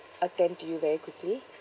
attend to you very quickly